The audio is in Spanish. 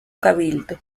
cabildo